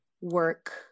work